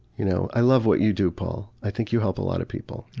you know i love what you do, paul. i think you help a lot of people.